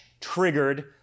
triggered